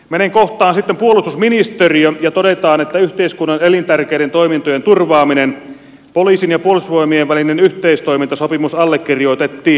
menen sitten kohtaan puolustusministeriö yhteiskunnan elintärkeiden toimintojen turvaaminen jossa todetaan että poliisin ja puolustusvoimien välinen yhteistoimintasopimus allekirjoitettiin